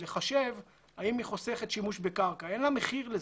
לחשב האם היא חוסכת שימוש בקרקע אין לה מחיר לזה.